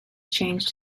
changed